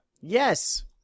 Yes